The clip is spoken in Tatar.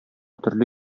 төрле